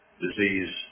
disease